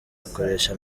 akoresha